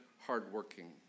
hardworking